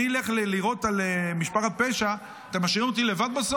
אני אלך לירות על משפחת פשע ובסוף אתם משאירים אותי לבד?